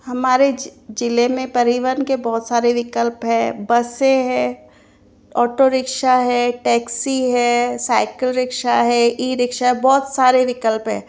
हमारे जिले में परिवहन के बहुत सारे विकल्प हैं बसें हैं ऑटो रिक्शा हैं टैक्सी हैं साइकिल रिक्शा हैं ई रिक्शा बहुत सारे विकल्प हैं